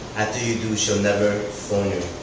after you do, she'll never phone you.